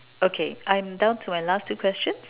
okay I'm down to my last two question